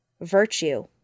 virtue